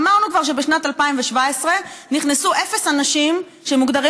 אמרנו כבר שבשנת 2017 נכנסו אפס אנשים שמוגדרים